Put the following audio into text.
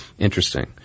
Interesting